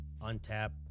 untap